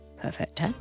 Perfect